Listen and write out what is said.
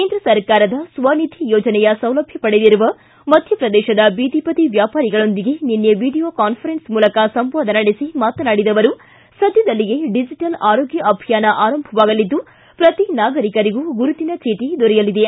ಕೇಂದ್ರ ಸರ್ಕಾರದ ಸ್ವನಿಧಿ ಯೋಜನೆಯ ಸೌಲಭ್ಯ ಪಡೆದಿರುವ ಮಧ್ಯಪ್ರದೇಶದ ಬೀದಿಬದಿ ವ್ಯಾಪಾರಿಗಳೊಂದಿಗೆ ನಿನ್ನೆ ವಿಡಿಯೋ ಕಾನ್ವರೆನ್ಸ್ ಮೂಲಕ ಸಂವಾದ ನಡೆಸಿ ಮಾತನಾಡಿದ ಅವರು ಸದ್ಯದಲ್ಲಿಯೇ ಡಿಜೆಟಲ್ ಆರೋಗ್ಯ ಅಭಿಯಾನ ಆರಂಭವಾಗಲಿದ್ದು ಪ್ರತಿ ನಾಗರಿಕರಿಗೂ ಗುರುತಿನ ಚೀಟಿ ದೊರೆಯಲಿದೆ